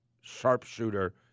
sharpshooter